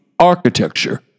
architecture